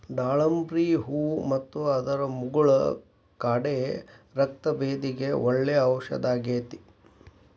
ದಾಳಿಂಬ್ರಿ ಹೂ ಮತ್ತು ಅದರ ಮುಗುಳ ಕಾಡೆ ರಕ್ತಭೇದಿಗೆ ಒಳ್ಳೆ ಔಷದಾಗೇತಿ